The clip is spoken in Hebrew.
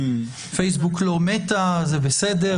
פייסבוק לא מתה, זה בסדר.